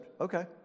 Okay